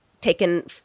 taken